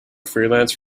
freelance